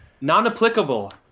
non-applicable